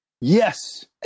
Yes